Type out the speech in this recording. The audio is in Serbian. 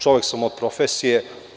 Čovek sam od profesije.